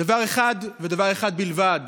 דבר אחד ודבר אחד בלבד: